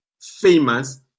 famous